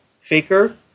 Faker